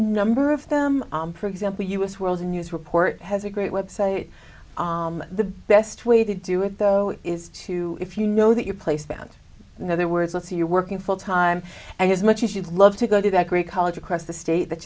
number of them for example us world news report has a great website the best way to do it though is to if you know that your place than in other words let's say you're working full time and as much as you'd love to go to that great college across the state that